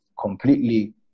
completely